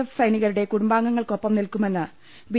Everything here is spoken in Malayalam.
എഫ് സൈനികരുടെ കുടുംബങ്ങൾക്കൊപ്പം നിൽക്കുമെന്ന് ബി